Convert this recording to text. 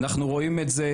אנחנו רואים את זה,